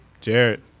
Jared